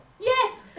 Yes